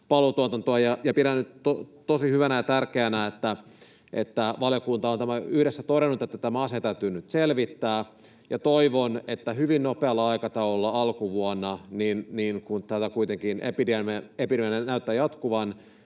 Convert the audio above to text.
Pidän tosi hyvänä ja tärkeänä, että valiokunta on yhdessä todennut, että tämä asia täytyy nyt selvittää. Toivon, että hyvin nopealla aikataululla alkuvuonna, kun kuitenkin epidemia näyttää jatkuvan,